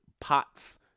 pots